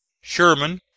sherman